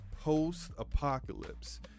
post-apocalypse